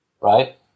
right